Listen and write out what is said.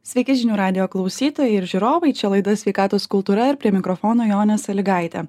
sveiki žinių radijo klausytojai ir žiūrovai čia laida sveikatos kultūra ir prie mikrofono jonė sąlygaitė